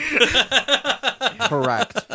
Correct